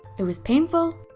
it was painful.